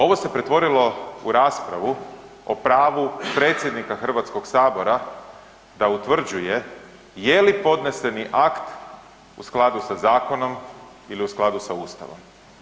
Ovo se pretvorilo u raspravu o pravu predsjednika Hrvatskog sabora da utvrđuje je li podneseni akt u skladu sa zakonom ili je u skladu sa Ustavom.